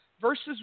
Versus